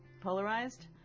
polarized